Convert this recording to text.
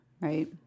right